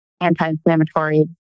anti-inflammatory